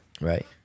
Right